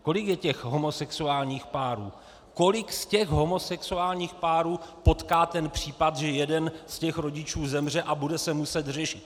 Kolik je těch homosexuálních párů, kolik z těch homosexuálních párů potká ten případ, že jeden z těch rodičů zemře a bude se muset řešit?